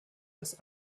das